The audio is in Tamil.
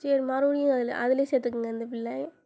சரி மறுபடியும் அதில் அதில் சேர்த்துக்கங்க இந்த பில்லை